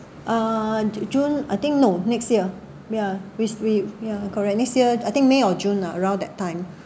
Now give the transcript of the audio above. uh june I think no next year yeah with with ya correct next year I think may or june ah around that time